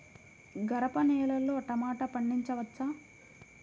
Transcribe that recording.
గరపనేలలో టమాటా పండించవచ్చా?